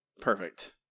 perfect